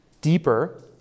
deeper